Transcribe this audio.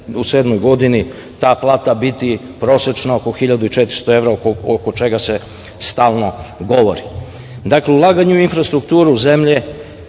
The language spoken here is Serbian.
u 2027. godini, ta plata biti prosečna oko hiljadu i 400 evra, oko čega se stalno govori. Dakle, ulaganje u infrastrukturu zemlje